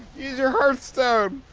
your hearthstone!